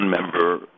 member